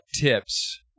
tips